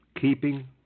keeping